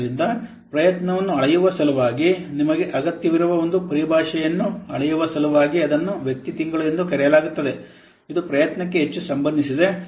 ಆದ್ದರಿಂದ ಪ್ರಯತ್ನವನ್ನುಅಳೆಯುವ ಸಲುವಾಗಿ ನಿಮಗೆ ಅಗತ್ಯವಿರುವ ಒಂದು ಪರಿಭಾಷೆಯನ್ನು ಅಳೆಯುವ ಸಲುವಾಗಿ ಅದನ್ನು ವ್ಯಕ್ತಿ ತಿಂಗಳು ಎಂದು ಕರೆಯಲಾಗುತ್ತದೆ ಇದು ಪ್ರಯತ್ನಕ್ಕೆ ಹೆಚ್ಚು ಸಂಬಂಧಿಸಿದೆ